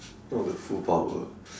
not the full power